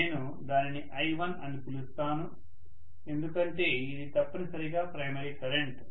నేను దానిని i1 అని పిలుస్తాను ఎందుకంటే ఇది తప్పనిసరిగా ప్రైమరీ కరెంట్